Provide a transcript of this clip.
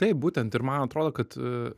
taip būtent ir man atrodo kad